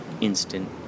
instant